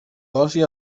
dosi